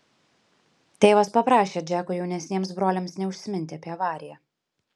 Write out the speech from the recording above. tėvas paprašė džeko jaunesniems broliams neužsiminti apie avariją